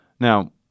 Now